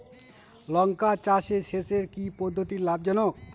লঙ্কা চাষে সেচের কি পদ্ধতি লাভ জনক?